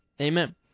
Amen